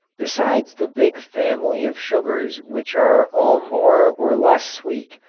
besides the big family of sugars which are all more or less sweet,